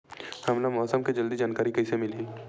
हमला मौसम के जल्दी जानकारी कइसे मिलही?